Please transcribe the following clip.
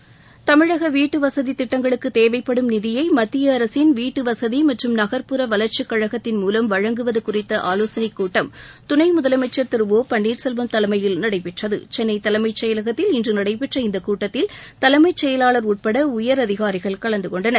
தமிழக வீட்டுவசதி திட்டங்களுக்கு தேவைப்படும் நிதியை மத்திய அரசின் வீட்டுவசதி மற்றும் நன்புற வளர்ச்சிக் கழகத்தின் மூலம் வழங்குவது குறித்த ஆலோசனைக் கூட்டம் துணை முதலனமச்சா் திரு ஒ பள்ளீர்செல்வம் தலைமையில் நடடபெற்றது சென்னை தலைமச் செயலத்தில் இன்று நடைபெற்ற இந்த கூட்டத்தில் தலைமைச் செயலாளர் உட்பட உயரதிகாரிகள் கலந்து கொண்டனர்